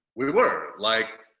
we we were, like,